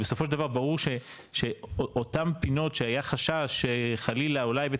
אבל בסופו של דבר ברור שאותם פינות שהיה חשש שחלילה אולי בית